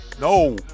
No